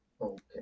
okay